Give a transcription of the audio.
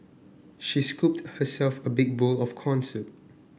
she scooped herself a big bowl of corn soup